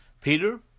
Peter